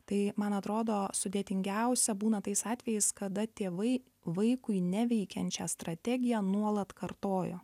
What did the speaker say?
tai man atrodo sudėtingiausia būna tais atvejais kada tėvai vaikui neveikiančią strategiją nuolat kartojo